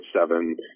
seven